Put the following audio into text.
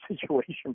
situation